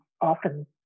often